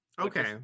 Okay